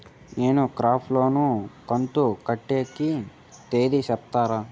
నేను crop loan కంతు కట్టేదానికి తేది సెప్తారా?